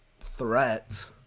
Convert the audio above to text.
threat